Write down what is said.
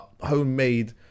homemade